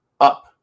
up